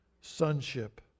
sonship